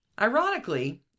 Ironically